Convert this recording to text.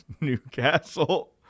Newcastle